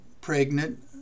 pregnant